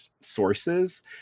sources